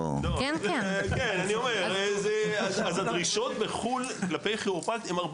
אז הדרישות בחו"ל כלפי כירופרקטים הן הרבה